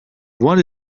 what